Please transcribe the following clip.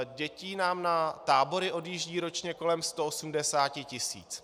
Dětí nám na tábory odjíždí ročně kolem 180 tisíc.